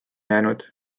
jäänud